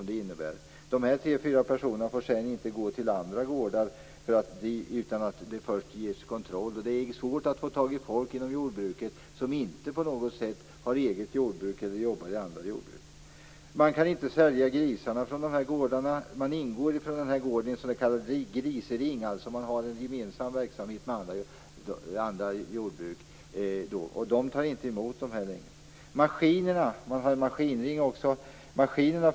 De 3-4 personerna får sedan inte besöka andra gårdar utan att först ha genomgått en kontroll. Det är svårt att få tag i folk inom jordbruket som inte på något sätt har eget jordbruk eller jobbar på andra jordbruk. Det går inte att sälja grisarna från dessa gårdar. Denna gård ingår in en s.k. grisring. Man har en gemensam verksamhet med andra jordbruk. De tar inte emot grisarna längre. Det finns även en maskinring.